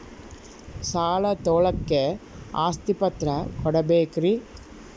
ಸಾಲ ತೋಳಕ್ಕೆ ಆಸ್ತಿ ಪತ್ರ ಕೊಡಬೇಕರಿ?